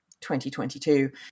2022